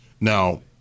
Now